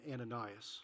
Ananias